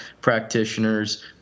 practitioners